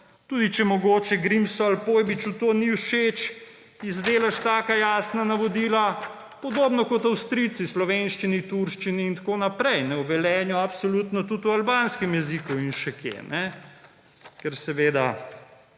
tudi če mogoče Grimsu ali pa Pojbiču to ni všeč, izdelaš taka jasna navodila, podobno kot Avstrijci, v slovenščini, turščini in tako naprej, v Velenju absolutno tudi v albanskem jeziku in še kje, ker seveda